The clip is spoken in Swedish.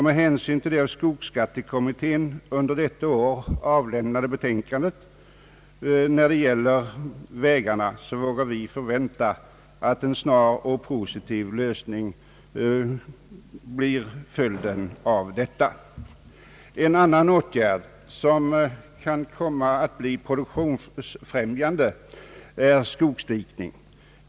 Med hänsyn till det av skogsskattekommittén under detta år avlämnade betänkandet i fråga om vägarna vågar vi förvänta att det blir en snar och positiv lösning av denna fråga. En annan åtgärd som kan bli produktionsfrämjande är skogsdikning.